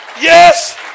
yes